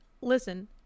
listen